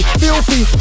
filthy